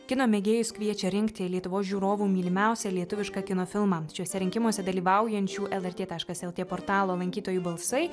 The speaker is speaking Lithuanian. kino mėgėjus kviečia rinkti lietuvos žiūrovų mylimiausią lietuvišką kino filmą šiuose rinkimuose dalyvaujančių lrt taškas lt portalo lankytojų balsai